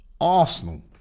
Arsenal